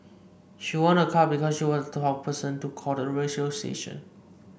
she won a car because she was the twelfth person to call the radio station